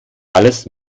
alles